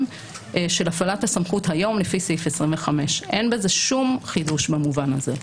של הפעלת הסמכות היום לפי סעיף 25. אין בזה שום חידוש במובן הזה.